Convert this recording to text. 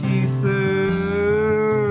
ether